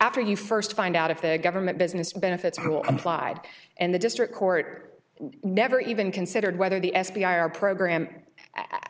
after you first find out if the government business benefits will complied and the district court never even considered whether the f b i or program